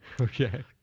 Okay